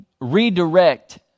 redirect